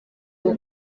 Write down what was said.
ubu